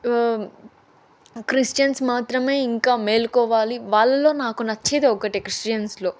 Christians మాత్రమే ఇంకా మేల్కోవాలి వాళ్ళలో నాకు నచ్చేది ఒక్కటే క్రిస్టియన్స్లో